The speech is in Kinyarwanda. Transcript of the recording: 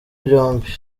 byombi